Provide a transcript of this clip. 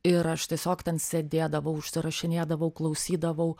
ir aš tiesiog ten sėdėdavau užsirašinėdavau klausydavau